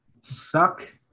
suck